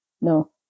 no